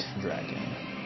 dragon